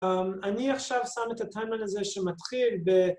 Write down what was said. ‫אני עכשיו שם את הטיימליין הזה ‫שמתחיל ב...